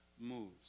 moves